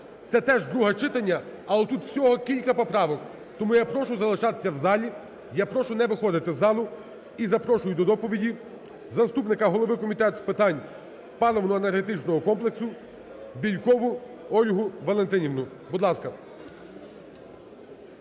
Це теж друге читання, але тут всього кілька поправок. Тому я прошу залишатися в залі, я прошу не виходити із залу. І запрошую до доповіді заступника голови Комітету з питань паливно-енергетичного комплексу Бєлькову Ольгу Валентинівну. Будь ласка.